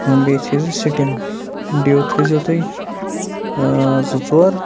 بیٚیہِ تھٔےزیو سِٹِنٛگ ڈِو تھٔےزیو تُہۍ زٕ ژور